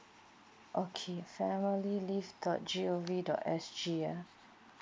okay family leave dot G O V dot S G ya